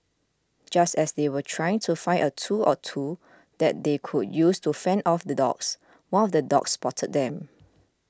just as they were trying to find a tool or two that they could use to fend off the dogs one of the dogs spotted them